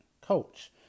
coach